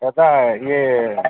ଏଟା ଇଏ